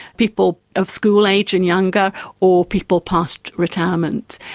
people of school age and younger or people past retirement.